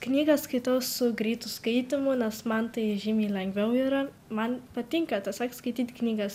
knygas skaitau su greitu skaitymu nes man tai žymiai lengviau yra man patinka tiesiog skaityt knygas